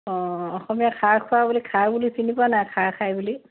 অঁ অসমীয়া খাৰখোৱা বুলি খাৰ বুলি চিনি পোৱা নাই খাৰ খাই বুলি